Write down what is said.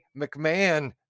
McMahon